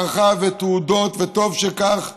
הערכה ותעודות, וטוב לכך,